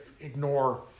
ignore